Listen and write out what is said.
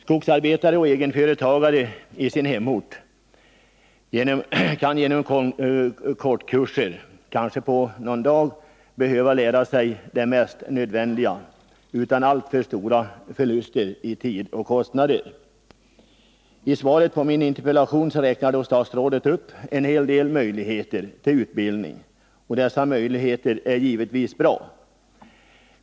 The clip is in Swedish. Skogsarbetare och egenföretagare kan i sin hemort genom kortkurser, kanske på någon dag, behöva lära sig det mest nödvändiga utan alltför stor förlust i tid och kostnader. I svaret på min interpellation räknar statsrådet upp en hel del möjligheter till utbildning, och dessa möjligheter är givetvis bra.